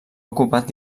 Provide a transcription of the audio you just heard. ocupat